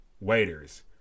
waiters